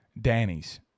Danny's